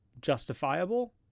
justifiable